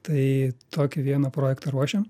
tai tokį vieną projektą ruošiam